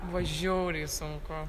buvo žiauriai sunku